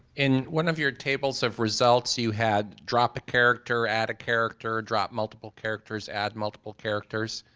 in one of your tables of results, you had drop a character, add a character, drop multiple characters, add multiple characters.